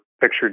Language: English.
picture